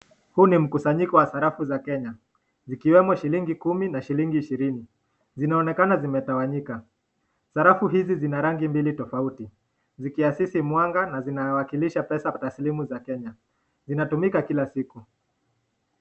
Huu ni mkusanyiko wa sarafu za kenya zikiwemo shilingi kumi na shilingi ishirini zinaonekana zimetawanyika. Sarafu hizi zina rangi mbili tofauti zikiasisi mwanga na zinawakilisha pesa taslimu za kenya, zinatumika kila siku.